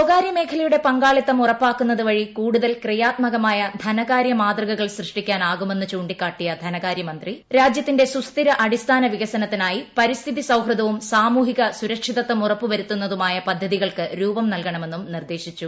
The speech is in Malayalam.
സ്വകാര്യമേഖലയുടെ പങ്കാളിത്തം ഉറപ്പാക്കുന്നതു വഴി കൂടുതൽ ക്രിയാത്മകമായ ധനകാരൃ മാതൃകകൾ സൃഷ്ടിക്കാനാകുമെന്ന് ചൂണ്ടിക്കാട്ടിയ ധനകാര്യമന്ത്രി രാജ്യത്തിന്റെ സുസ്ഥിര അടിസ്ഥാന വികസനത്തിനായി പാരിസ്ഥിതി സൌഹൃവും സാമൂഹിക സുരക്ഷിതത്തം ഉറപ്പു വരുത്തുന്നതുമായ പദ്ധതികൾ രൂപം നൽകണമെന്നും നിർദ്ദേശിച്ചു